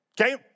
okay